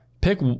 pick